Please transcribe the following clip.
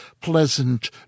pleasant